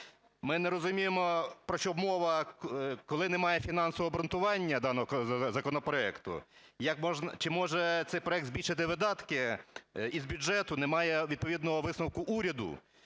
Ми не розуміємо, про що мова, коли немає фінансового обґрунтування даного законопроекту, чи може цей проект збільшити видатки із бюджету, немає відповідного висновку уряду.